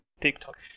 TikTok